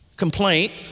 Complaint